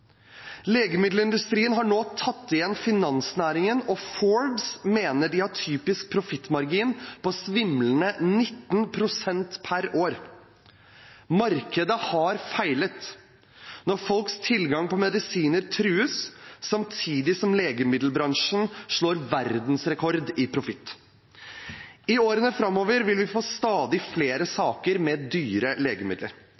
Legemiddelindustrien har nå tatt igjen finansnæringen, og Forbes mener de har typisk profittmargin på svimlende 19 pst. per år. Markedet har feilet når folks tilgang på medisiner trues, samtidig som legemiddelbransjen slår verdensrekorder i profitt. I årene framover vil vi få stadig flere